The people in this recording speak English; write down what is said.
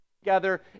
together